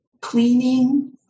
cleaning